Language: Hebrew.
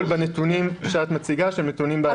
בנתונים שאת מציגה שהם נתונים בעייתיים.